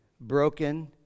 broken